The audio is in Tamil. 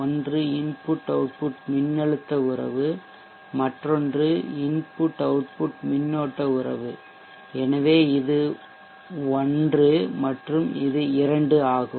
ஒன்று இன்புட் அவுட்புட் மின்னழுத்த உறவு மற்றொன்று இன்புட் அவுட்புட் மின்னோட்ட உறவு எனவே இது 1 மற்றும் இது 2 ஆகும்